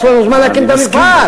יש לנו זמן להקים את המפעל.